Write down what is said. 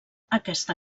aquesta